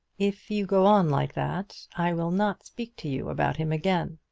if you go on like that i will not speak to you about him again.